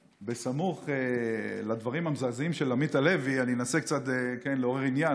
סמוך לדברים המזעזעים של עמית הלוי אני אנסה קצת לעורר עניין,